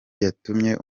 yatumye